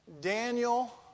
Daniel